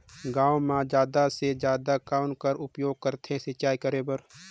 गांव म जादा से जादा कौन कर उपयोग करथे सिंचाई करे बर?